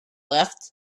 left